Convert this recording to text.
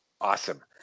Awesome